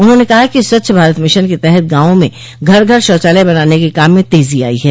उन्होंने कहा कि स्वच्छ भारत मिशन के तहत गांवों में घर घर शौचालय बनाने के काम में तेजी आई है